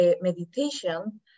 meditation